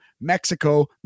Mexico